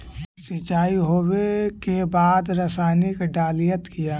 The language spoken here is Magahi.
सीचाई हो बे के बाद रसायनिक डालयत किया?